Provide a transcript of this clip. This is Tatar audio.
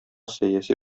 сәяси